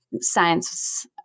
Science